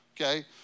okay